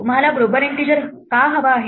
तुम्हाला global integer का हवा आहे